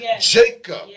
Jacob